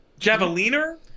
Javeliner